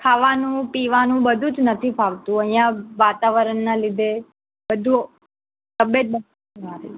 ખાવાનું પીવાનું બધું જ નથી ભાવતું અહીંયા વાતાવરણના લીધે બધું તબિયત મારી